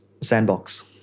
sandbox